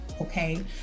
okay